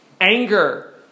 anger